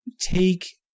take